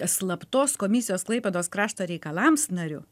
slaptos komisijos klaipėdos krašto reikalams nariu